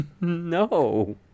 No